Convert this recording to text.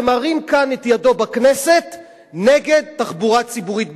ומרים את ידו כאן בכנסת נגד תחבורה ציבורית בשבת,